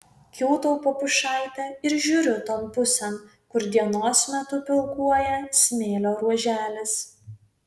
kiūtau po pušaite ir žiūriu ton pusėn kur dienos metu pilkuoja smėlio ruoželis